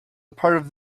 part